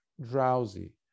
drowsy